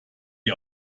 die